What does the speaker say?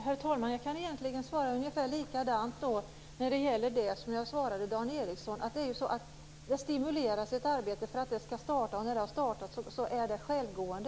Herr talman! Jag kan svara ungefär på samma sätt som jag svarade Dan Ericsson. Vi stimulerar till startandet av ett arbete som sedan skall vara självgående.